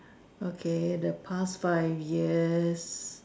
okay the past five years